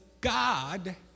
God